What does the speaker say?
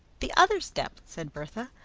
the other step, said bertha.